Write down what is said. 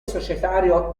societario